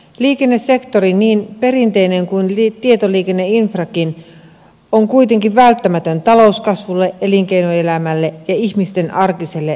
liikennesektori niin perinteinen kuin tietoliikenneinfrakin on kuitenkin välttämätön talouskasvulle elinkeinoelämälle ja ihmisten arkiselle elämälle